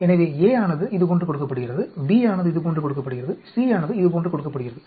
எனவே A ஆனது இதுபோன்று கொடுக்கப்படுகிறது B ஆனது இதுபோன்று கொடுக்கப்படுகிறது C ஆனது இதுபோன்று கொடுக்கப்படுகிறது